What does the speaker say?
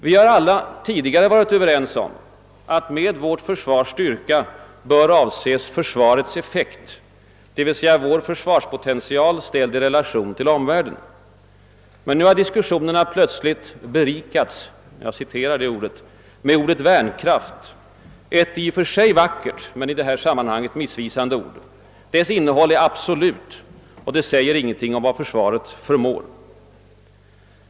Vi har alla tidigare varit överens om att med vårt försvars styrka bör avses försvarets effekt, det vill säga vår försvarspotential ställd i relation till omvärlden. Men nu har diskussionerna plötsligt »berikats» med ordet värnkraft, ett i och för sig vackert men i detta sammanhang missvisande ord. Dess innehåll är absolut och det säger ingenting om vad försvaret förmår.